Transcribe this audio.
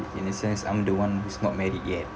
in a sense I'm the one who's not married yet